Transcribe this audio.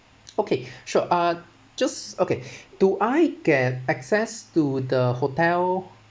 okay sure uh just okay do I get access to the hotel